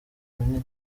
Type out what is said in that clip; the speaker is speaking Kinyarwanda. minini